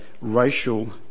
racial